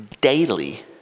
daily